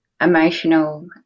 emotional